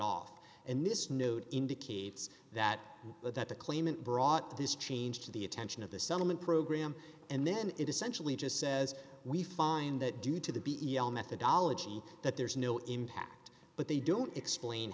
off and this note indicates that that the claimant brought this change to the attention of the settlement program and then it essentially just says we find that due to the b e l methodology that there's no impact but they don't explain